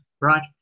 right